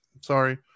sorry